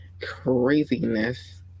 craziness